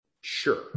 Sure